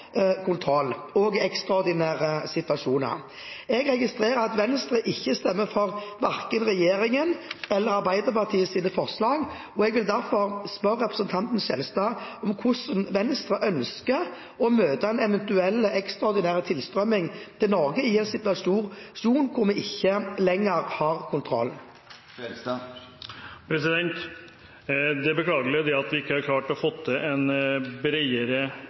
kontroll også i ekstraordinære situasjoner. Jeg registrer at Venstre ikke stemmer for verken regjeringens eller Arbeiderpartiets forslag, og jeg vil derfor spørre representanten Skjelstad: Hvordan ønsker Venstre å møte en eventuell ekstraordinær tilstrømming til Norge i en situasjon hvor vi ikke lenger har kontroll? Det er beklagelig at vi ikke har klart å få til en